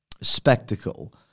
spectacle